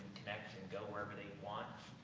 connect, and go wherever they want,